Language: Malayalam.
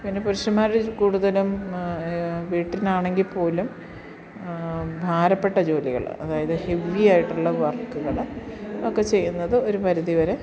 പിന്നെ പുരുഷന്മാരിൽ കൂടുതലും വീട്ടിലാണെങ്കിൽ പോലും ഭാരപ്പെട്ട ജോലികൾ അതായത് ഹെവി ആയിട്ടുള്ള വർക്കുകൾ ഒക്കെ ചെയ്യുന്നത് ഒരു പരിധി വരെ